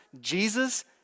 Jesus